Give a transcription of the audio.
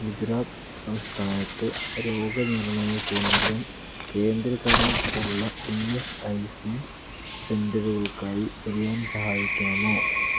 ഗുജറാത്ത് സംസ്ഥാനത്ത് രോഗ നിർണയ കേന്ദ്രം കേന്ദ്രതരം ഉള്ള ഇ എസ് ഐ സി സെൻറ്ററുകൾക്കായി തിരയാൻ സഹായിക്കാമോ